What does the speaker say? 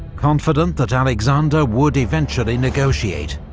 confident that alexander would eventually negotiate.